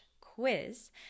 quiz